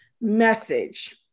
message